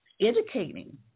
educating